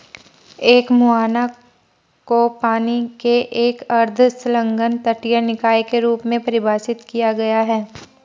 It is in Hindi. एक मुहाना को पानी के एक अर्ध संलग्न तटीय निकाय के रूप में परिभाषित किया गया है